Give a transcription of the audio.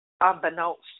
unbeknownst